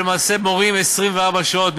הם למעשה מורים 24 שעות.